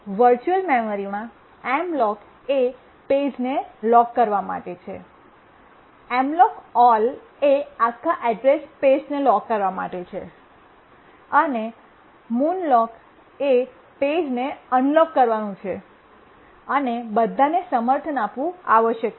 virtual મેમરીમાં Mlock એ પેજને લોક કરવા માટે છે Mlockall એ આખા એડ્રેસ સ્પૈસને લોક કરવા માટે છે અને Munlock એ પેજને અનલોક કરવાનું છે અને બધાને સમર્થન આપવું આવશ્યક છે